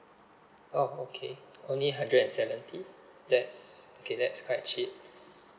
oh okay only hundred and seventy that's okay that's quite cheap